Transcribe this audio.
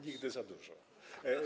Nigdy za dużo.